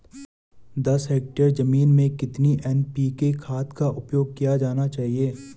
दस हेक्टेयर जमीन में कितनी एन.पी.के खाद का उपयोग किया जाना चाहिए?